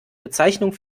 bezeichnung